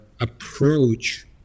approach